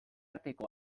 arteko